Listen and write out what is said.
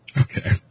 Okay